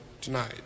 tonight